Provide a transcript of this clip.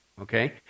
Okay